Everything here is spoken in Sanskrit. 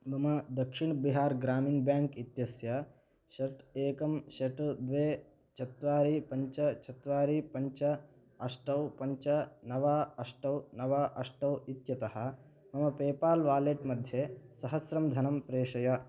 मम दक्षिण् बिहार् ग्रामिण् बेङ्क् इत्यस्य षट् एकं षट् द्वे चत्वारि पञ्च चत्वारि पञ्च अष्ट पञ्च नव अष्ट नव अष्ट इत्यतः मम पेपाल् वालेट् मध्ये सहस्रं धनं प्रेषय